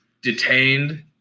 detained